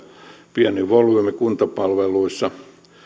pieni volyymi kuntapalveluissa